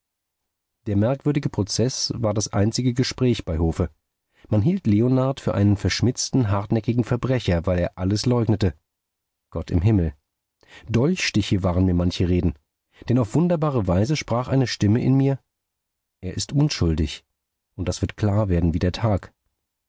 der merkwürdige prozeß war das einzige gespräch bei hofe man hielt leonard für einen verschmitzten hartnäckigen verbrecher weil er alles leugnete gott im himmel dolchstiche waren mir manche reden denn auf wunderbare weise sprach eine stimme in mir er ist unschuldig und das wird klar werden wie der tag